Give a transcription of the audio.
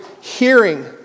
hearing